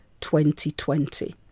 2020